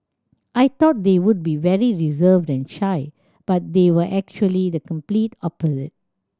I thought they would be very reserved and shy but they were actually the complete opposite